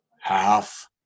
half